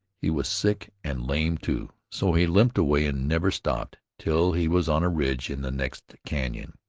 he was sick, and lame too, so he limped away and never stopped till he was on a ridge in the next canon.